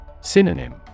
Synonym